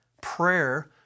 Prayer